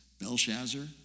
Belshazzar